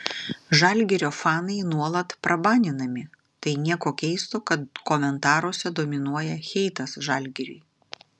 žalgirio fanai nuolat prabaninami tai nieko keisto kad komentaruose dominuoja heitas žalgiriui